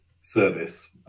service